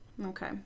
Okay